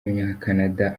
w’umunyakanada